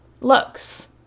looks